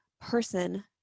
person